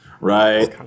Right